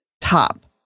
top